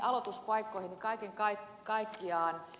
näistä aloituspaikoista kaiken kaikkiaan